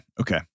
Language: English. Okay